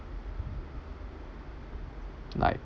like